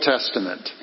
Testament